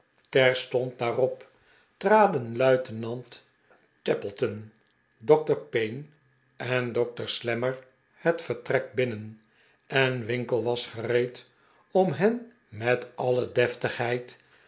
terstond daarop traden luitenant tappleton dokter payne en dokter slammer het vertrek binnen en winkle was gereed om hen met alle deftigheid